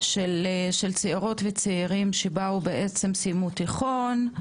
של צעירות וצעירים שבאו בעצם סיימו תיכון,